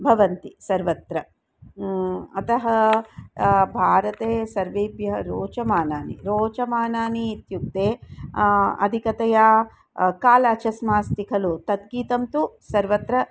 भवन्ति सर्वत्र अतः भारते सर्वेभ्यः रोच्यमानानि रोच्यमानानि इत्युक्ते अधिकतया कालाचस्मा अस्ति खलु तद्गीतं तु सर्वत्र